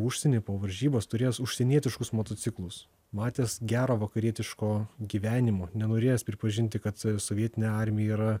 užsienį po varžybas turėjęs užsienietiškus motociklus matęs gero vakarietiško gyvenimo nenorėjęs pripažinti kad sovietinė armija yra